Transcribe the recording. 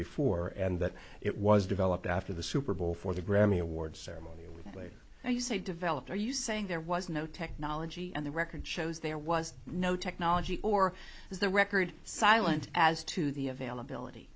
before and that it was developed after the super bowl for the grammy awards ceremony you say developed are you saying there was no technology and the record shows there was no technology or is the record silent as to the availability